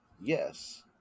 Yes